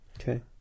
Okay